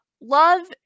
love